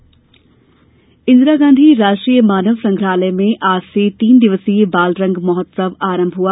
बालरंग उत्सव इंदिरा गाँधी राष्ट्रीय मानव संग्रहालय में आज से तीन दिवसीय बालरंग महोत्सव आरंभ हुआ